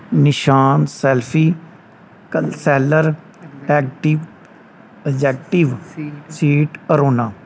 ਨਿਸ਼ਾਨ ਸੈਲਫੀ ਕਲ ਸੈਲਰ ਐਗਟੀ ਐਗਜੈਕਟਿਵ ਸੀਟ ਅਰੋਨਾ